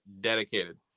dedicated